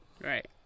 right